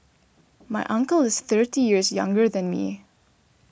my uncle is thirty years younger than me